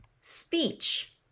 Speech